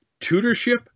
tutorship